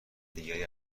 دیگری